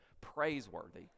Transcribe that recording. praiseworthy